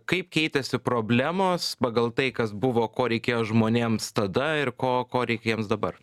kaip keitėsi problemos pagal tai kas buvo ko reikėjo žmonėms tada ir ko ko reikia jiems dabar